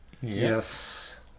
Yes